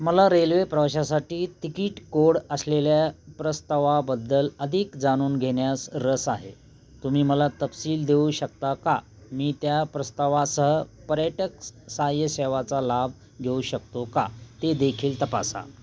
मला रेल्वे प्रवासासाठी ticket code असलेल्या प्रस्तावाबद्दल अधिक जाणून घेण्यास रस आहे तुम्ही मला तपशील देऊ शकता का मी त्या प्रस्तावासह पर्यटक सहाय्य सेवाचा लाभ घेऊ शकतो का ते देखील तपासा